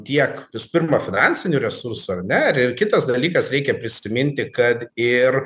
tiek visų pirma finansinių resursų ar ne ir kitas dalykas reikia prisiminti kad ir